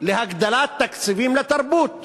להגדלת תקציבים לתרבות.